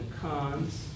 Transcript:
cons